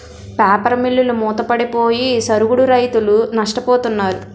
paper మిల్లులు మూతపడిపోయి సరుగుడు రైతులు నష్టపోతున్నారు